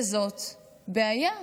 וזאת בעיה.